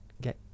get